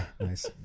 Nice